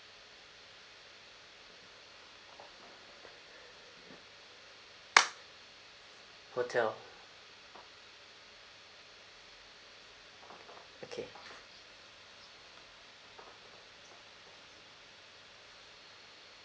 hotel okay